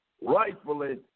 Rightfully